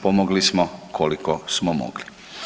Pomogli smo koliko smo mogli.